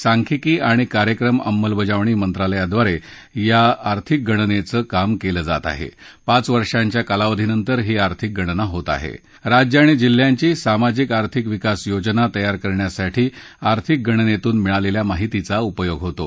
सांख्यिकी आणि कार्यक्रम अंमलबजावणी मंत्रालयाद्वारव्रा आर्थिक गणन काम कल्ल जात आह भाच वर्षांच्या कालावधीनंतर ही आर्थिक गणना होत आह राज्य आणि जिल्ह्यांची सामाजिक आर्थिक विकास योजना तयार करण्यासाठी आर्थिक गणनसून निळालखा माहितीचा उपयोग होतो